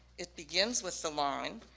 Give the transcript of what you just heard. it begins with the line,